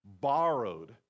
borrowed